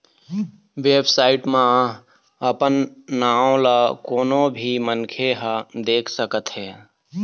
website म अपन नांव ल कोनो भी मनखे ह देख सकत हे